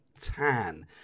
tan